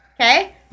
okay